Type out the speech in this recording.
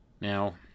Now